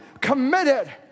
committed